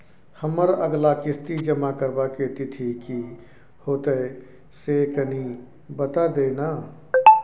हमर अगला किस्ती जमा करबा के तिथि की होतै से कनी बता दिय न?